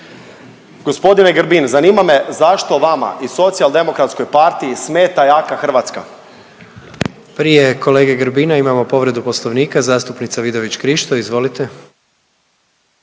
Gospodine Grbin zanima me zašto vama i SDP-u smeta jaka Hrvatska? **Jandroković, Gordan (HDZ)** Prije kolege Grbina imamo povredu poslovnika zastupnica Vidović Krišto, izvolite.